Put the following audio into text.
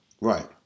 Right